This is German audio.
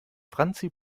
franzi